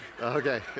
Okay